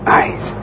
eyes